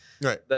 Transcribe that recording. Right